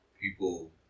People